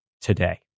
today